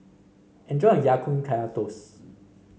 enjoy your Ya Kun Kaya Toast